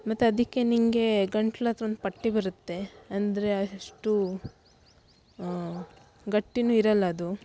ಮತ್ತು ಅದಕ್ಕೆ ನಿನಗೆ ಗಂಟ್ಲ ಹತ್ತಿರ ಒಂದು ಪಟ್ಟಿ ಬರುತ್ತೆ ಅಂದರೆ ಅಷ್ಟು ಗಟ್ಟಿಯೂ ಇರೋಲ್ಲ ಅದು